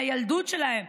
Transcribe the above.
מהילדות שלהם,